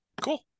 Cool